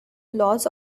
laws